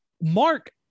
Mark